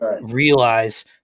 realize